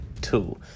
two